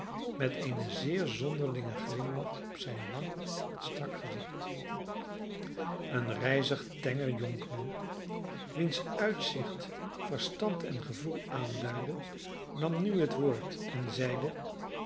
met een zeer zonderlingen glimlach op zijn lang en strak gezicht een rijzig tenger jonkman wiens uitzicht verstand en gevoel aanduidde nam nu het woord en zeide